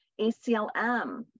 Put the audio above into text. aclm